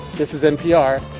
this is npr.